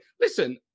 Listen